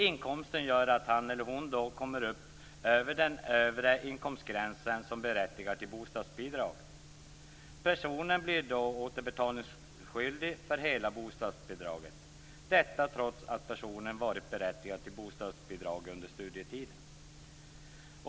Inkomsten gör att han/hon kommer upp över den övre inkomstgräns som berättigar till bostadsbidrag. Personen blir då återbetalningsskyldig för hela bostadsbidraget - detta trots att personen varit berättigad till bostadsbidrag under studietiden.